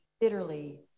bitterly